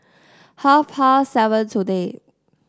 half past seven today